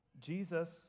Jesus